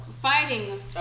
fighting